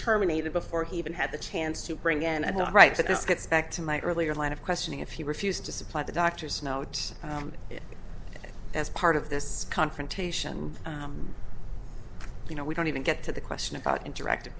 terminated before he even had the chance to bring in i don't write that this gets back to my earlier line of questioning if he refused to supplied the doctor's note as part of this confrontation and you know we don't even get to the question about interactive